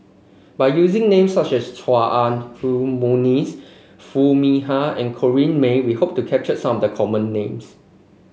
by using names such as Chua Ah Huwa Monica Foo Mee Har and Corrinne May we hope to capture some of the common names